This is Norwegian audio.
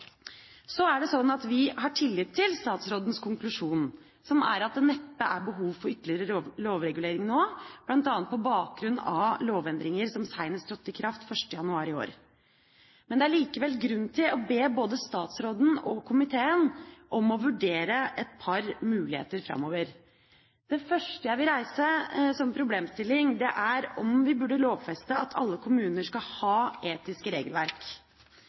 Vi har tillit til statsrådens konklusjon, som er at det neppe er behov for ytterligere lovregulering nå, bl.a. på bakgrunn av lovendringer som senest trådte i kraft 1. januar i år. Men det er likevel grunn til å be både statsråden og komiteen om å vurdere et par muligheter framover. Det første jeg vil reise som problemstilling, er om vi burde lovfeste at alle kommuner skal ha etiske regelverk.